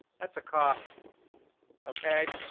that's a cop okay,